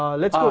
let's go.